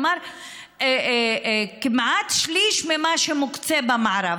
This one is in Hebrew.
כלומר כמעט שליש ממה שמוקצה במערב.